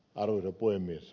arvoisa puhemies